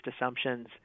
assumptions